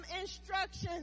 instructions